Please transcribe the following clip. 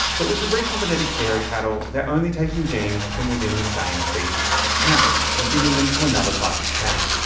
but with the recombinetics dairy cattle, they're only taking genes from within the same species, a cow, and giving them to another type of cow.